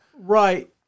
Right